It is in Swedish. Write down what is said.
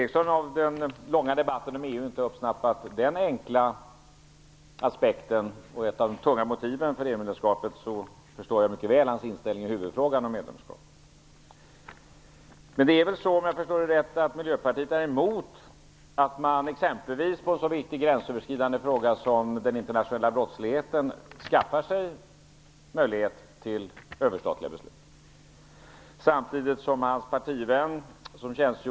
inte har uppsnappat den enkla aspekten och ett av de tunga motiven för EU-medlemskapet, förstår jag mycket väl hans inställning i huvudfrågan om medlemskap. Men det är väl så, om jag förstår det rätt, att Miljöpartiet är emot att man exempelvis i en så viktig gränsöverskridande fråga som den internationella brottsligheten skaffar sig möjlighet till överstatliga beslut.